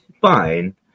fine